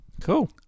Cool